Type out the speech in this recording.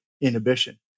inhibition